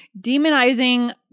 demonizing